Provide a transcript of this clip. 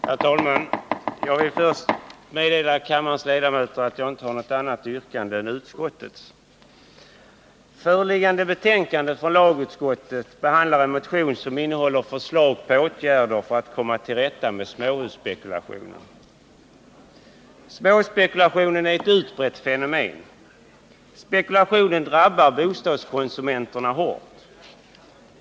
Herr talman! Jag vill först meddela kammarens ledamöter att jag inte har något annat yrkande än utskottets. Föreliggande betänkande från lagutskottet behandlar en motion som innehåller förslag till åtgärder för att komma till rätta med småhusspekulationen. Småhusspekulationen är ett utbrett fenomen. Spekulationen drabbar bostadskonsumenterna hårt.